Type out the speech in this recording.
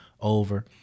Over